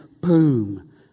boom